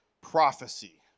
prophecy